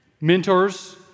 mentors